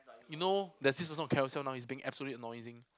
you know there's this person on Carousell now he's being absolutely annoying